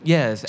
Yes